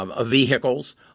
vehicles